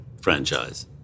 franchise